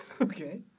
okay